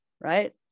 Right